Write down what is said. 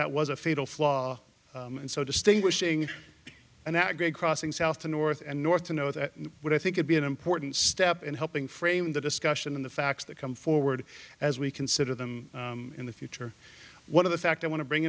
that was a fatal flaw and so distinguishing and that great crossing south to north and north to know what i think it be an important step in helping frame the discussion in the facts that come forward as we consider them in the future one of the fact i want to bring